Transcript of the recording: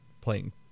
playing